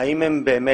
האם הם באמת